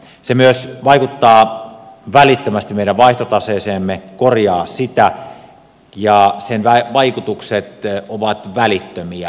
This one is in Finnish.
se myös vaikuttaa välittömästi meidän vaihtotaseeseemme korjaa sitä ja sen vaikutukset ovat välittömiä